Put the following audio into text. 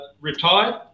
retired